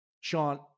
Sean